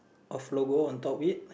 of logo on top it